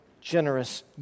generous